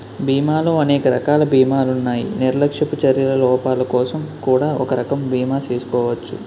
బీమాలో అనేక రకాల బీమాలున్నాయి నిర్లక్ష్యపు చర్యల లోపాలకోసం కూడా ఒక రకం బీమా చేసుకోచ్చు